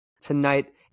tonight